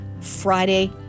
Friday